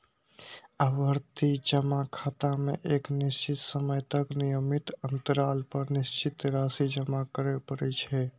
आवर्ती जमा खाता मे एक निश्चित समय तक नियमित अंतराल पर निश्चित राशि जमा करय पड़ै छै